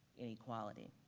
inequality.